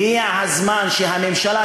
הגיע הזמן שהממשלה,